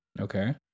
Okay